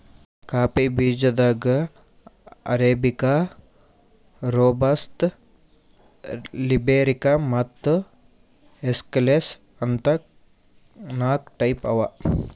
coffee ಬೀಜಾದಾಗ್ arabica, robusta, liberica ಮತ್ತ್ excelsa ಅಂತ್ ನಾಕ್ ಟೈಪ್ ಅವಾ